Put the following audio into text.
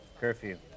Curfew